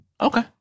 Okay